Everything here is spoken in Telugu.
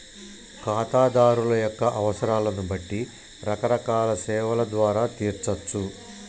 ఖాతాదారుల యొక్క అవసరాలను బట్టి రకరకాల సేవల ద్వారా తీర్చచ్చు